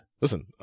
listen